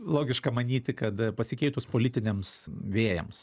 logiška manyti kad pasikeitus politiniams vėjams